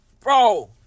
Bro